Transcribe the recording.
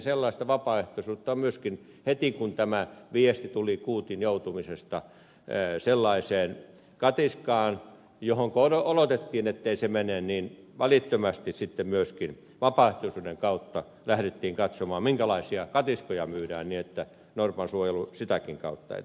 sellaista vapaaehtoisuutta oli myöskin heti kun tämä viesti tuli kuutin joutumisesta sellaiseen katiskaan johonka odotettiin ettei se mene niin että välittömästi sitten myöskin vapaaehtoisuuden kautta lähdettiin katsomaan minkälaisia katiskoja myydään niin että norpan suojelu sitäkin kautta etenee